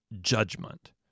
judgment